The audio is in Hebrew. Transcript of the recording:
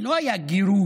לא היה גירוש,